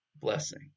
blessing